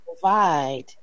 provide